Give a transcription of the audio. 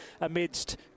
amidst